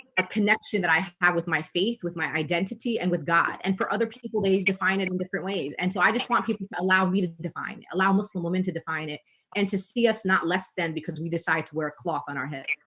connection that i have with my faith with my identity and with god and for other people they define it in different ways and so i just want people allow me to define allow muslim women to define it and to see us not less than because we decide to wear a cloth on our head